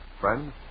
Friends